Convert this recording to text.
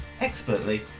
expertly